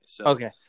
okay